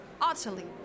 utterly